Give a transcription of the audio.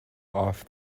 off